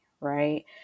right